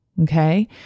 Okay